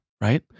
right